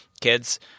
kids